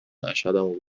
اشهدمو